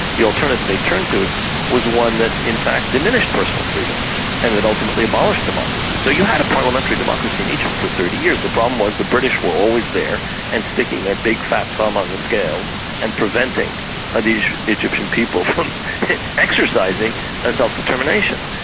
the alternative they turned to was that in fact diminished personal freedom and that ultimately abolished democracies. so you had a parliamentary democracy in egypt for thirty years. the problem was the british were always there and sticking their big fat thumb on the scales and preventing ah the egyptian people from exercising a self-determination.